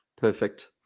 Perfect